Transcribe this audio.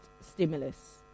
stimulus